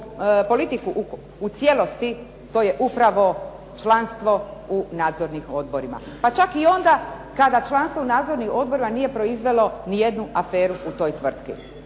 politiku u cijelosti to je upravo članstvo u nadzornim odborima, pa čak i onda kada članstvo u nadzornim odborima nije proizvelo ni jednu aferu u toj tvrtki.